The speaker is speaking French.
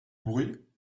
bruit